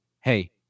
Hey